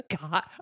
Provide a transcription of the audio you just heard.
God